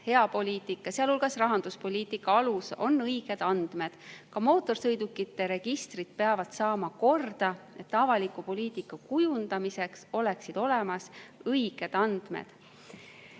Hea poliitika, sealhulgas rahanduspoliitika alus on õiged andmed. Ka mootorsõidukite registrid peavad saama korda, et avaliku poliitika kujundamiseks oleksid olemas õiged andmed. Lõpuks,